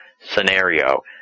scenario